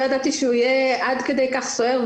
לא ידעתי שהוא יהיה עד כדי כך סוער,